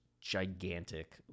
gigantic